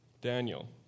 Daniel